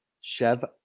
Chev